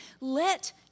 let